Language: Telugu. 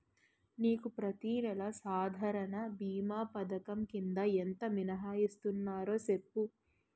నీకు ప్రతి నెల సాధారణ భీమా పధకం కింద ఎంత మినహాయిస్తన్నారో సెప్పు